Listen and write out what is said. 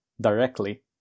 directly